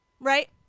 right